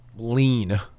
lean